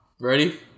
Ready